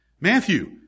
Matthew